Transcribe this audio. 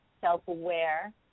self-aware